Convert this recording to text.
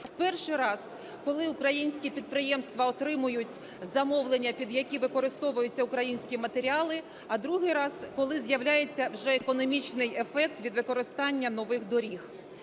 Перший раз - коли українські підприємства отримують замовлення під які використовуються українські матеріали; а другий раз - коли з'являється вже економічний ефект від використання нових доріг.